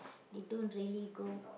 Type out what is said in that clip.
they don't really go